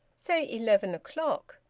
say, eleven o'clock.